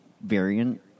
variant